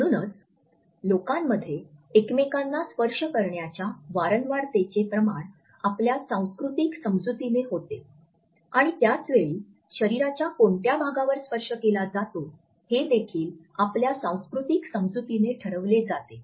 म्हणूनच लोकांमध्ये एकमेकांना स्पर्श करण्याच्या वारंवारतेचे प्रमाण आपल्या सांस्कृतिक समजुतीने होते आणि त्याच वेळी शरीराच्या कोणत्या भागावर स्पर्श केला जातो हे देखील आपल्या सांस्कृतिक समजुतीने ठरवले जाते